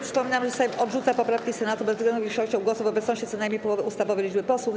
Przypominam, że Sejm odrzuca poprawki Senatu bezwzględną większością głosów w obecności co najmniej połowy ustawowej liczby posłów.